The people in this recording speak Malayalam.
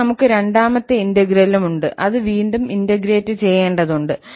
പിന്നെ നമുക്ക് രണ്ടാമത്തെ ഇന്റഗ്രൽ ഉം ഉണ്ട് അത് വീണ്ടും ഇന്റഗ്രേറ്റ് ചെയ്യേണ്ടതുണ്ട്